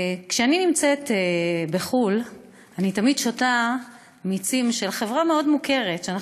כשאני נמצאת בחוץ-לארץ אני תמיד שותה מיצים של חברה מוכרת מאוד,